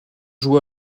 joue